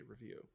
review